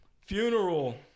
Funeral